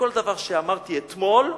כל דבר שאמרתי אתמול,